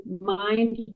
mind